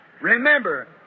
Remember